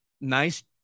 nice